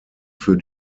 für